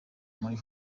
muri